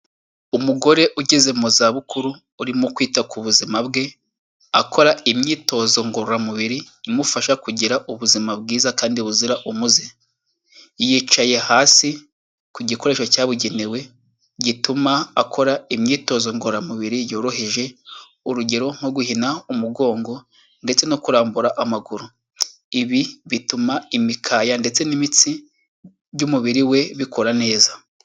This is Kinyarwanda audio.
Umugore ugeze mu za bukuru urimo kwita ku buzima bwe, akora imyitozo ngororamubiri imufasha kugira ubuzima bwiza kandi buzira umuze. Yicaye hasi ku gikoresho cyabugenewe gituma akora imyitozo ngororamubiri yoroheje, urugero nko guhina umugongo ndetse no kurambura amaguru, ibi bituma imikaya ndetse n'imitsi by'umubiri we bikora neza.